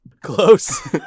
Close